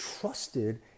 trusted